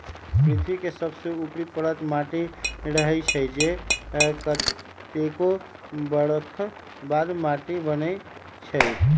पृथ्वी के सबसे ऊपरी परत माटी रहै छइ जे कतेको बरख बाद माटि बनै छइ